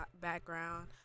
background